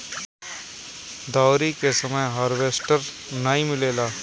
दँवरी के समय हार्वेस्टर नाइ मिलेला